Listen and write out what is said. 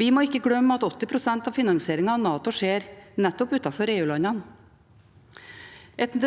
Vi må ikke glemme at 80 pst. av finansieringen av NATO skjer nettopp utenfor EU-landene. Et